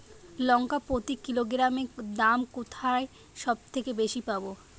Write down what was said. লঙ্কা প্রতি কিলোগ্রামে দাম কোথায় সব থেকে বেশি পাব?